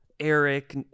Eric